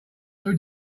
who